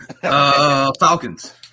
Falcons